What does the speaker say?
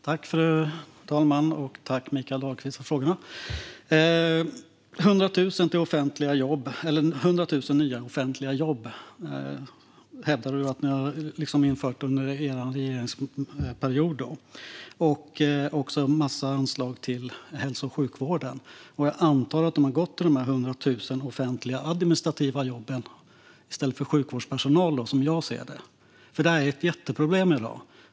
Fru talman! Tack, Mikael Dahlqvist, för frågorna! Du hävdar att ni har tillfört 100 000 nya offentliga jobb under er regeringsperiod, och även en massa anslag till hälso och sjukvården. Jag antar att de har gått till de 100 000 offentliga administrativa jobben i stället för till sjukvårdspersonal. Detta är ett jätteproblem i dag.